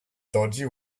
dodgy